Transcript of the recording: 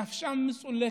נפשם מצולקת,